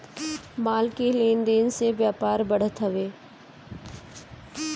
माल के लेन देन से व्यापार बढ़त हवे